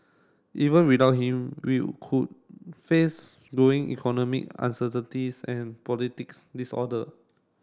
even without him we could face growing economic uncertainties and politics disorder